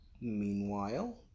Meanwhile